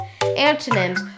antonyms